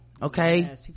Okay